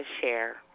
share